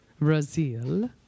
Brazil